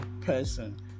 person